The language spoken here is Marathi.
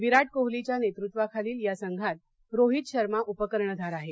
विराट कोहलीच्या नेतृत्वाखालील या संघात रोहित शर्मा उपकर्णधार आहे